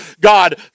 God